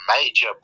major